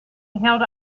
held